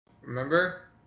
remember